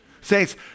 Saints